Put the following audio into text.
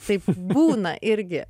taip būna irgi